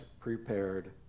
prepared